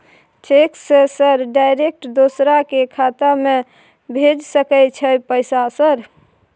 Cheque से sir direct दूसरा के खाता में भेज सके छै पैसा सर?